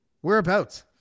whereabouts